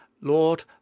lord